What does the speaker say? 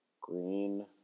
Green